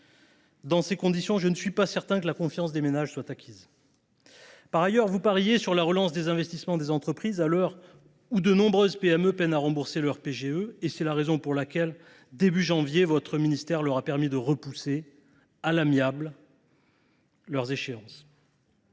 Dans ces conditions, je ne suis pas certain que la confiance des ménages soit acquise. Par ailleurs, vous pariez sur la relance des investissements des entreprises, à l’heure où de nombreuses PME peinent à rembourser leur prêt garanti par l’État. C’est d’ailleurs la raison pour laquelle, au début du mois de janvier, votre ministère leur a permis de repousser leurs échéances,